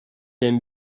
aime